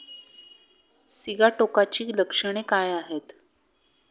सिगाटोकाची लक्षणे काय आहेत?